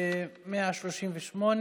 אין מי שיפתור את זה.